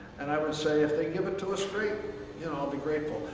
and i would say if they give it to us, great. you know i will be grateful.